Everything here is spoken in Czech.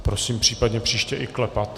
Prosím, případně příště i klepat.